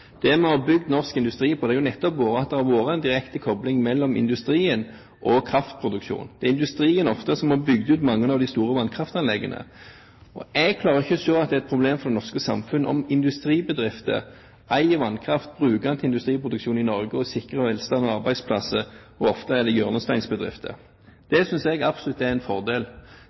Det vi har bygd norsk industri på, er nettopp at det har vært en direkte kobling mellom industrien og kraftproduksjonen. Det er ofte industrien som har bygd ut mange av de store vannkraftanleggene. Jeg klarer ikke å se at det er et problem for det norske samfunn om industribedrifter eier vannkraft, bruker den til industriproduksjon i Norge og sikrer velstand og arbeidsplasser. Ofte er det hjørnesteinsbedrifter. Det synes jeg absolutt er en fordel.